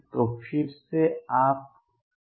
तो फिर से आप ui1uiΔrui करते हैं